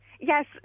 Yes